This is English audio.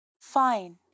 Fine